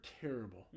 terrible